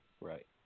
right